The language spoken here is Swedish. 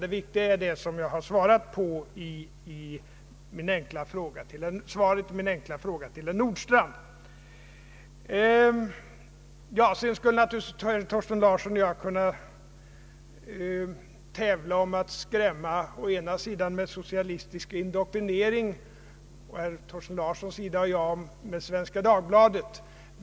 Det viktiga är det som jag har uttalat i svaret på den enkla frågan av herr Nordstrandh. Herr Thorsten Larsson och jag skulle naturligtvis kunna tävla om att skrämma på herr Larssons sida med socialistisk indoktrinering och på min sida med Svenska Dagbladet.